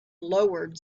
lowered